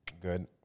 Good